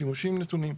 שימושים נתונים,